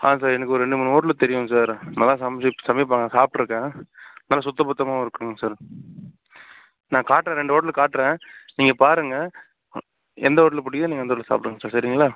ஆ sir எனக்கு ரெண்டு மூணு ஹோட்டலு தெரியும் சார் நல்லா சமைச்சி சமைப்பாங்க சாப்பிட்டுருக்கேன் நல்லா சுத்தபத்தமாகவும் இருக்குங்க சார் நான் காட்டுறேன் ரெண்டு ஹோட்டல் காட்டுறேன் நீங்கள் பாருங்கள் எந்த ஹோட்டல் பிடிக்குதோ நீங்கள் அந்த ஹோட்டலில் சாப்பிடுங்க சார் சரிங்களா